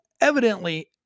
evidently